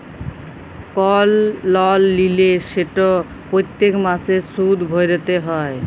call লল লিলে সেট প্যত্তেক মাসে সুদ ভ্যইরতে হ্যয়